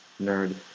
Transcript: nerd